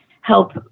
help